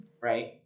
right